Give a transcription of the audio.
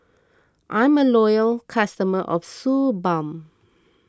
I'm a loyal customer of Suu Balm